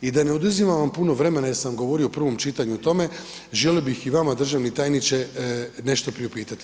I da ne oduzimam vam puno vremena jer sam govorio u prvom čitanju o tome, želio bih i vama državni tajniče nešto priupitati.